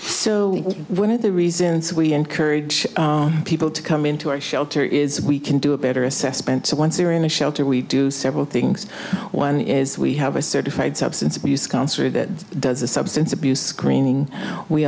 women the reasons we encourage people to come into our shelter is we can do a better assessment to once you're in a shelter we do several things one is we have a certified substance abuse counselor that does a substance abuse screening we